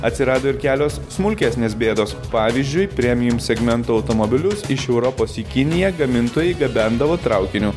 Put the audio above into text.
atsirado ir kelios smulkesnės bėdos pavyzdžiui priemium segmento automobilius iš europos į kiniją gamintojai gabendavo traukiniu